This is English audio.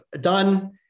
done